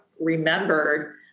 remembered